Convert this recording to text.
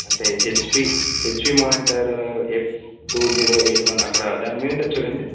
అంటే HP HP monitor F two zero eight one అక్కడ దానిమీద ఉంటుంది చూడండి